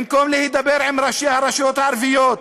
במקום להידבר עם ראשי הרשויות הערביות,